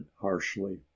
harshly